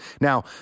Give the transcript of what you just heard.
now